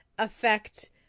Affect